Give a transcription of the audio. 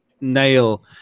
nail